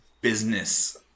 business